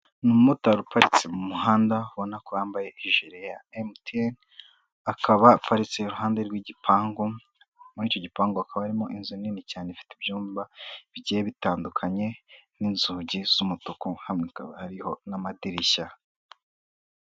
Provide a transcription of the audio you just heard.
Umumotari uparitse mu muhanda ubona ko yambaye ijire ya Emutiyeni, akaba aparitse iruhande rw'igipangu, muri icyo gipangu hakaba harimo inzu nini cyane ifite ibyumba bigiye bitandukanye n'inzugi z'umutuku, hamwe hakaba hariho n'amadirishya.